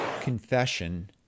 Confession